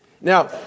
Now